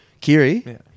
Kiri